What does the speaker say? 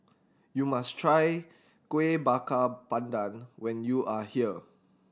you must try Kueh Bakar Pandan when you are here